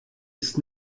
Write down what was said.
ist